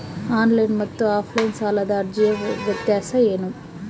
Online ಮತ್ತು offline ಸಾಲದ ಅರ್ಜಿಯ ವ್ಯತ್ಯಾಸ ಏನು?